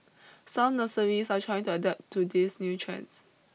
some nurseries are trying to adapt to these new trends